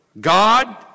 God